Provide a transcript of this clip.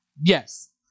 Yes